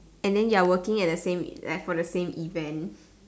and then you are working at the same for the same event